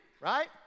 right